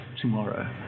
tomorrow